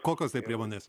kokios tai priemonės